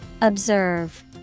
Observe